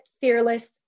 fearless